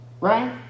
Right